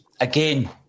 again